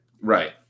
Right